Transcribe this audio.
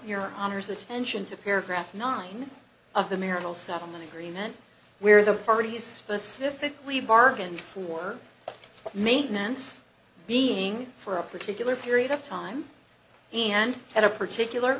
your honour's attention to paragraph nine of the marital settlement agreement where the parties specifically bargained for maintenance being for a particular period of time and at a particular